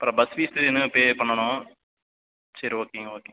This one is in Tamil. அப்புறம் பஸ் ஃபீஸு இன்னும் பே பண்ணணும் சரி ஓகேங்க ஓகே